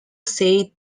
said